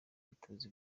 ntituzi